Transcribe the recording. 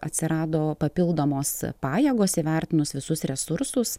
atsirado papildomos pajėgos įvertinus visus resursus